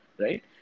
right